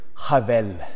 havel